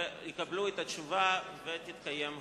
ויקבלו את התשובה ותתקיים ההצבעה.